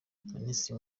minisitiri